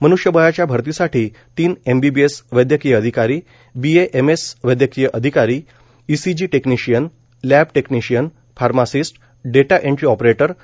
मन्ष्यबळाच्या भरतीसाठी तीन एमबीबीएस वैद्यकीय अधिकारीबीएएमएस वैद्यकीय अधिकारीईसीजी technician lab technician pharmacist data entry operator D